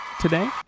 today